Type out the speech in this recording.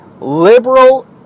liberal